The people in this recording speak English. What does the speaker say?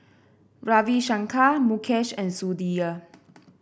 Ravi Shankar Mukesh and Sudhir